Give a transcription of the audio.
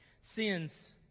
sins